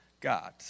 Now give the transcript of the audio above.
God